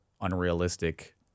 unrealistic